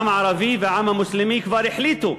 העם הערבי והעם המוסלמי כבר החליטו,